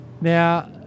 Now